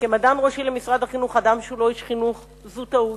כמדען ראשי למשרד החינוך אדם שהוא לא איש חינוך זו טעות.